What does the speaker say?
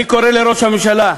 אני קורא לראש הממשלה: